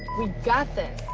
we got this.